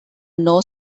know